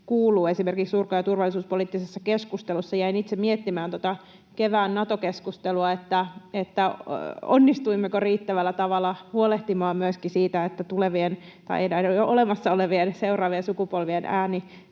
kuuluu esimerkiksi ulko- ja turvallisuuspoliittisessa keskustelussa? Jäin itse miettimään tuota kevään Nato-keskustelua ja sitä, onnistuimmeko riittävällä tavalla huolehtimaan myöskin siitä, että jo olemassa olevien, seuraavien sukupolvien ääni